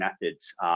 methods